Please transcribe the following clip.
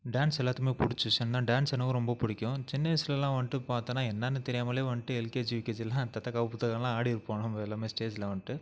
dance எல்லாத்துக்குமே பிடிச்ச விஷயம் தான் டான்ஸ் எனக்கும் ரொம்ப பிடிக்கும் சின்ன வயசுலெல்லாம் வந்துட்டு பார்த்தோன்னா என்னென்னு தெரியாமலே வந்துட்டு எல்கேஜி யூகேஜியெல்லாம் தத்தக்கா புத்தக்கானெல்லாம் ஆடியிருப்போம் நம்ம எல்லாமே ஸ்டேஜ்ஜில் வந்துட்டு